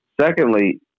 Secondly